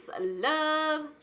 love